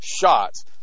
Shots